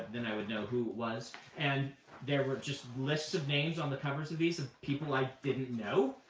then i would know who it was. and there were just lists of names on the covers of these of people i didn't know.